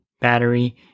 battery